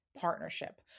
partnership